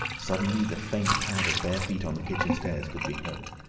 suddenly the faint pad of bare feet on the kitchen stairs could be heard.